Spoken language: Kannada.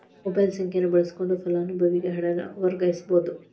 ಮೊಬೈಲ್ ಸಂಖ್ಯೆಯನ್ನ ಬಳಸಕೊಂಡ ಫಲಾನುಭವಿಗೆ ಹಣನ ವರ್ಗಾಯಿಸಬೋದ್